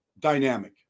Dynamic